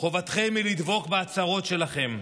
חובתכם היא לדבוק בהצהרות שלכם.